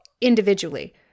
individually